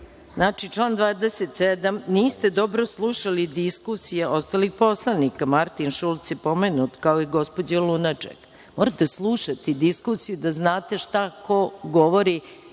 malo. Znači, član 27. niste dobro slušali diskusije ostalih poslanika. Martin Šulc je pomenut kao i gospođa Lunaček. Morate slušati diskusiju da znate šta ko govori